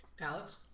alex